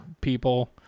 people